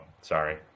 Sorry